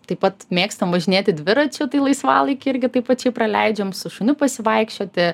taip pat mėgstam važinėti dviračiu tai laisvalaikį irgi taip pačiai praleidžiam su šuniu pasivaikščioti